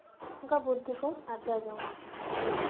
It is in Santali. ᱚᱱᱠᱟ ᱵᱩᱫᱽᱫᱷᱤ ᱠᱚ ᱟᱨᱡᱟᱣ ᱡᱚᱝᱟ